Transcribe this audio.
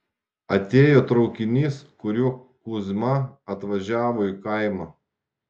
atėjo traukinys kuriuo kuzma atvažiavo į kaimą